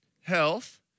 health